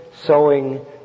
sowing